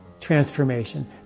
Transformation